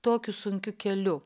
tokiu sunkiu keliu